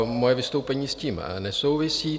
Moje vystoupení s tím nesouvisí.